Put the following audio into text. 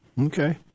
okay